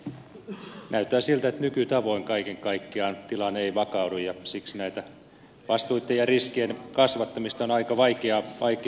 eli näyttää siltä että nykytavoin kaiken kaikkiaan tilanne ei vakaudu ja siksi näiden vastuitten ja riskien kasvattamista on aika vaikea hyväksyä